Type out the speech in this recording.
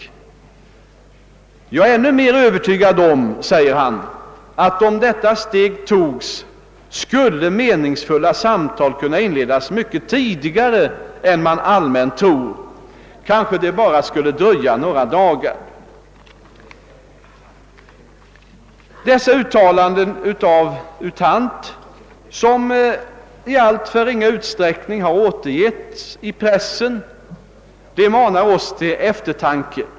Jag är ännu mer övertygad om att om detta steg togs, skulle meningsfulla samtal kunna inledas mycket tidigare än man allmänt tror. Kanske det bara skulle dröja några dagar.» Dessa uttalanden av U Thant som i alltför ringa utsträckning återgivits i pressen manar oss till eftertanke.